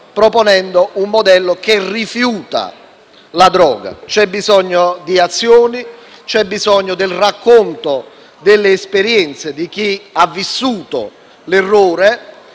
proponendo un modello che rifiuti la droga. C'è bisogno di azioni, c'è bisogno del racconto delle esperienze di chi ha vissuto l'errore